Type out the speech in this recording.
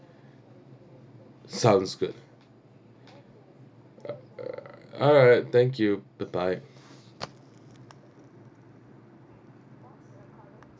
sounds good alright thank you bye bye